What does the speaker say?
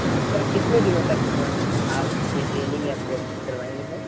ہاں سر کتنے دنوں تک آپ یہ ٹریننگ یا پریکٹس کروائیں گے سر